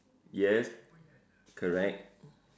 yes correct